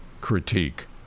critique